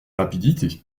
rapidité